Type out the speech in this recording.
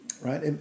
right